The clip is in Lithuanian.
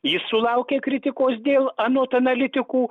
jis sulaukė kritikos dėl anot analitikų